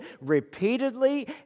repeatedly